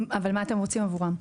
אבל מה אתם רוצים עבורם?